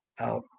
out